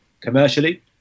commercially